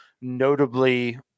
notably